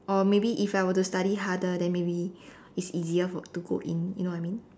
or maybe if I were to study harder then maybe it's easier for to go in you know what I mean